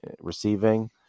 receiving